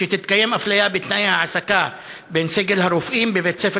שתתקיים אפליה בתנאי העסקה בין סגל הרופאים בבית-ספר